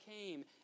came